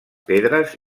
pedres